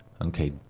Okay